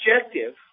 objective